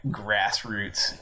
grassroots